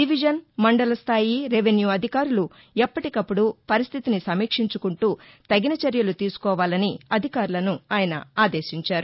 division మండల స్థాయి revenue అధికారులు ఎప్పటికప్పుడు పరిస్థితిని సమీక్షించుకుంటూ తగిన చర్యలు తీసుకోవాలని అధికారులను ఆయన ఆదేశించారు